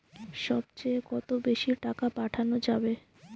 সব চেয়ে কত বেশি টাকা পাঠানো যাবে?